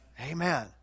Amen